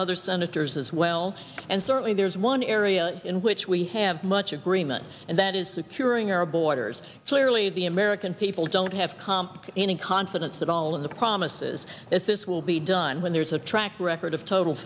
other senators as well and certainly there's one area in which we have much agreement and that is securing our borders clearly the american people don't have comp any confidence at all in the promises that this will be done when there's a track record of total